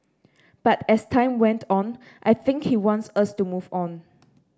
but as time went on I think he wants us to move on